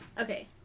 Okay